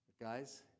Guys